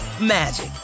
magic